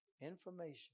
information